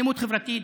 אלימות חברתית,